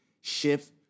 shift